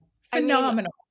phenomenal